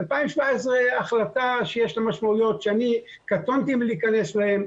ב-2017 זו החלטה שיש לה משמעויות שאני קטונתי מלהיכנס אליהן,